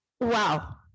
Wow